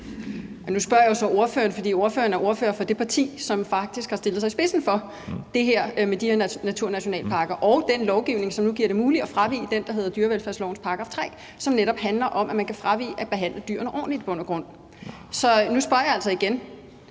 Nu spørger jeg jo så ordføreren, fordi ordføreren er ordfører for det parti, som faktisk har stillet sig i spidsen for det med de her naturnationalparker og den lovgivning, som nu gør det muligt at fravige det, der hedder dyrevelfærdslovens § 3, og som netop i bund og grund handler om, at man kan fravige at behandle dyrene ordentligt. Så nu spørger jeg altså igen: